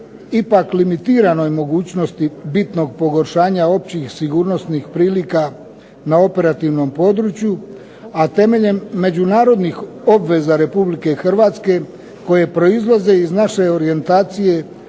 ipak limitiranoj mogućnosti bitnog pogoršanja općih sigurnosnih prilika na operativnom području, a temeljem međunarodnih obveza Republike Hrvatske koje proizlaze iz naše orijentacije